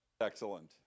Excellent